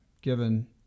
given